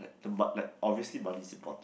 the mo~ like obviously money is important